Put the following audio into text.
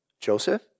Joseph